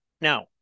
Now